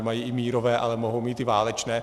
Mají i mírové, ale mohou mít i válečné.